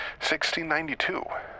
1692